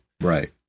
Right